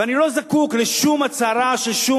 ואני לא זקוק לשום הצהרה של שום